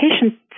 patient